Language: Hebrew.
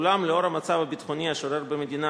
אולם לנוכח המצב הביטחוני השורר במדינה,